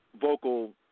vocal